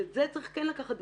ואת זה צריך כן לקחת בחשבון.